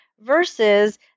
versus